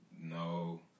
no